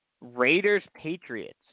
Raiders-Patriots